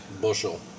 Bushel